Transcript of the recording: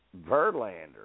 Verlander